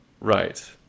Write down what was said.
Right